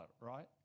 right